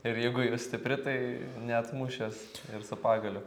ir jeigu jau stipri tai neatmuš jos ir su pagaliu